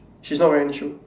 she's not wearing shoe